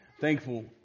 Thankful